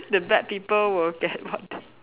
the bad people will get what they